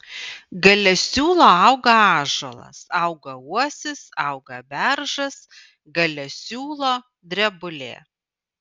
gale siūlo auga ąžuolas auga uosis auga beržas gale siūlo drebulė